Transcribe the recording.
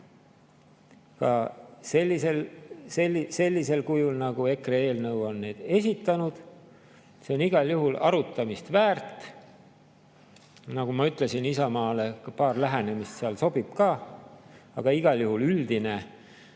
ka sellisel kujul, nagu EKRE eelnõus on need esitatud. See on [kahtlemata] arutamist väärt. Nagu ma ütlesin, Isamaale paar lähenemist seal sobib ka, ja igal juhul on üldine